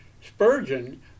Spurgeon